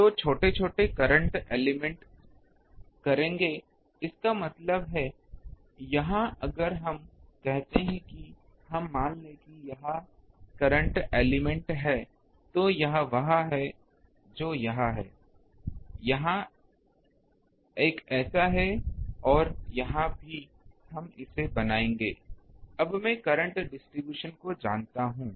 तो छोटे छोटे करंट एलिमेंट करेंगे इसका मतलब है यहाँ अगर हम कहते हैं कि हम मान लें कि यह एक करंट एलिमेंट है तो यह वह है जो यह है यह एक ऐसा है और यहाँ भी हम इसे बनाएंगे अब मैं करंट डिस्ट्रीब्यूशन को जानता हूं